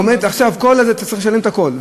עומד עכשיו, אתה צריך לשלם את הכול.